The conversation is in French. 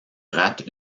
rate